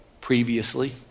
previously